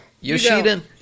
Yoshida